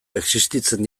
existitzen